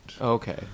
Okay